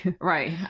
right